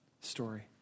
story